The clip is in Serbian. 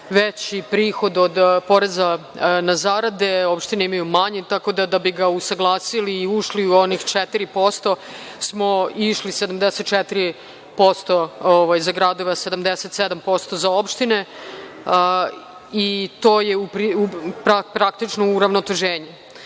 veći prihod od poreza na zarade, a opštine imaju manji. Tako da, da bi ga usaglasili i ušli u onih 4%, mi smo išli 74% za gradove, a 77% za opštine. To je praktično uravnoteženje. Rekla